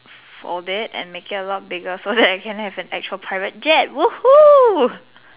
fold it and make it a lot bigger so that I can have an actual private jet woohoo